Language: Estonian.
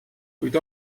kuid